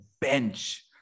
bench